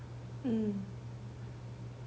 mm